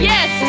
Yes